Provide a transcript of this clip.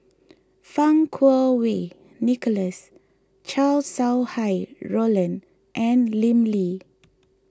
Fang Kuo Wei Nicholas Chow Sau Hai Roland and Lim Lee